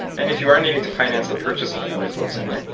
and if you are needing to finance the purchase of another float center,